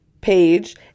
page